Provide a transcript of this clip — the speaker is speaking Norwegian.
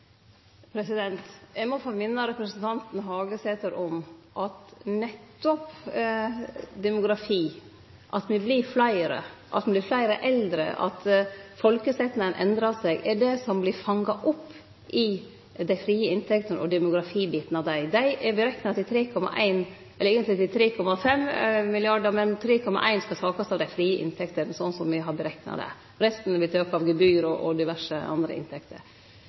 Eg må få minne representanten Hagesæter om at nettopp demografi, at me vert fleire, at det vert fleire eldre, at folkesetnaden endrar seg, er det som blir fanga opp i dei frie inntektene og i demografibiten av dei. Dei er berekna til 3,1 mrd. kr, eller eigentleg til 3,5 mrd. kr, men 3,1 mrd. kr skal takast av dei frie inntektene, slik som me har berekna det. Resten vert teke av gebyr og diverse andre inntekter.